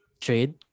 trade